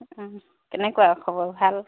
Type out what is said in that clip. কেনেকুৱা খবৰ ভাল